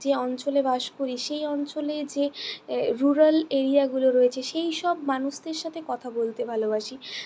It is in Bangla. যে অঞ্চলে বাস করি সেই অঞ্চলে যে রুরাল এরিয়াগুলো রয়েছে সেইসব মানুষদের সাথে কথা বলতে ভালোবাসি